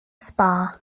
spa